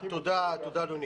תודה, אדוני.